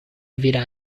vira